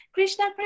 Krishna